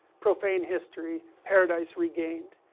profane history paradise regained,